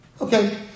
Okay